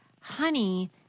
honey